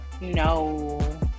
No